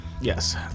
Yes